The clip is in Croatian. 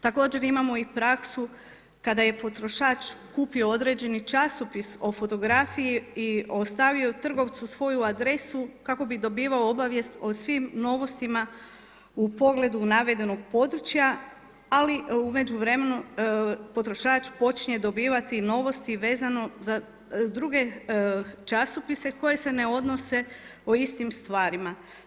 Također imamo i praksu kada je potrošač kupio određeni časopis o fotografiji i ostavio trgovcu svoju adresu kako bi dobivao obavijest o svim novostima u pogledu navedenog područja ali u međuvremenu potrošač počinje dobivati novosti vezano za druge časopise koji se ne odnose o istim stvarima.